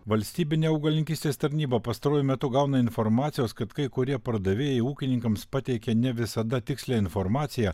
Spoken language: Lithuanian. valstybinė augalininkystės tarnyba pastaruoju metu gauna informacijos kad kai kurie pardavėjai ūkininkams pateikė ne visada tikslią informaciją